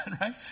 right